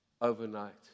overnight